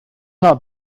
not